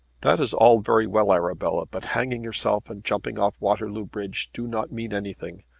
that is all very well, arabella, but hanging yourself and jumping off waterloo bridge do not mean anything.